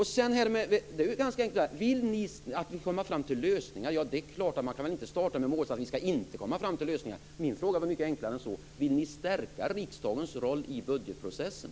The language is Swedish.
Det är klart att man skall komma fram till lösningar i en kommitté! Man kan väl inte starta med målsättningen att man inte skall komma fram till lösningar! Min fråga var mycket enklare än så: Vill ni stärka riksdagens roll i budgetprocessen?